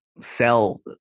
sell